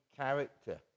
character